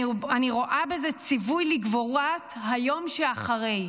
אני רואה בזה ציווי לגבורת היום שאחרי.